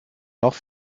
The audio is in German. noch